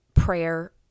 Prayer